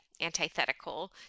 antithetical